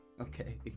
Okay